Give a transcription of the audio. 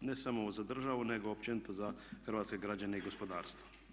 ne samo za državu, nego općenito za hrvatske građane i gospodarstvo.